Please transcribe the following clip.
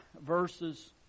verses